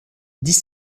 dix